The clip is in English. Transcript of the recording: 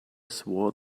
swore